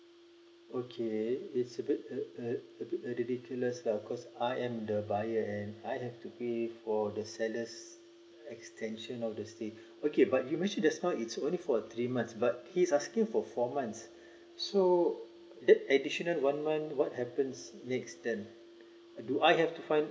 okay it's a bit uh a bit ridiculous lah because I am the buyer and I have to pay for the seller's extension of the stay okay but you mention just now it's only for three months but he's asking for four months so that additional one month what happens next then do I have to find